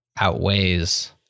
outweighs